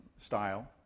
style